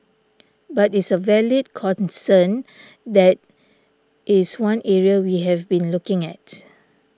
but is a valid concern that is one area we have been looking at